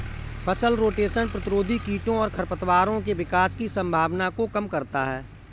फसल रोटेशन प्रतिरोधी कीटों और खरपतवारों के विकास की संभावना को कम करता है